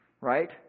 Right